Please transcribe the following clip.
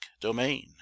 domain